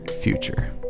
future